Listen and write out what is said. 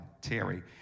Terry